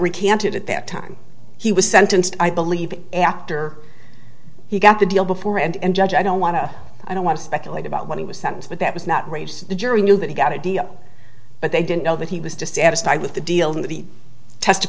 recanted at that time he was sentenced i believe after he got the deal before and judge i don't want to i don't want to speculate about when he was sentenced but that was not raised the jury knew that he got a deal but they didn't know that he was dissatisfied with the deal and that he t